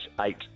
eight